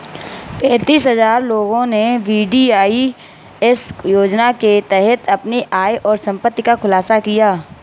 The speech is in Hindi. पेंतीस हजार लोगों ने वी.डी.आई.एस योजना के तहत अपनी आय और संपत्ति का खुलासा किया